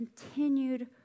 continued